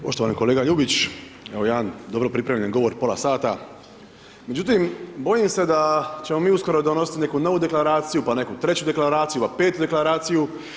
Poštovani kolega Ljubić, evo jedan dobro pripremljen govor pola sata, međutim, bojim se da ćemo mi uskoro donositi neku novu Deklaraciju, pa neku treću Deklaraciju, pa 5-tu Deklaraciju.